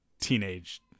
teenage